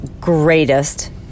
greatest